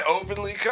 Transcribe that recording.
openly